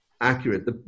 accurate